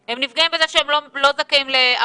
הם נפגעים מזה שהם לא זכאים לאבטלה,